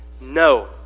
no